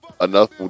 enough